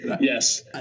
Yes